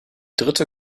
dritte